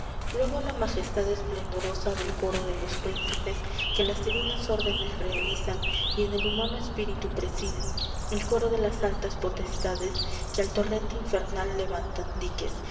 luego la majestad esplendorosa del coro de los príncipes que las divinas órdenes realizan y en el humano espíritu presiden el coro de las altas potestades que al torrente infernal levantan diques